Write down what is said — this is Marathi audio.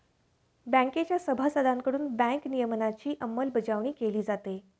बँकेच्या सभासदांकडून बँक नियमनाची अंमलबजावणी केली जाते